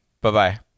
Bye-bye